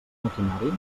maquinari